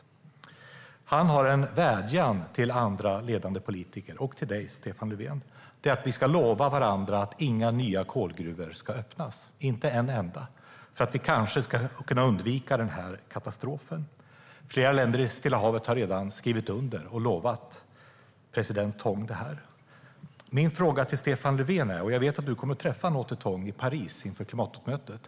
Presidenten har en vädjan till andra ledande politiker och till dig, Stefan Löfven. Han vill att vi ska lova varandra att inga nya kolgruvor öppnas, inte en enda, för att därmed kanske kunna undvika katastrofen. Flera länder i Stilla havet har redan skrivit under och lovat president Tong det. Jag vet att Stefan Löfven kommer att träffa Anote Tong i Paris inför klimattoppmötet.